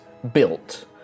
built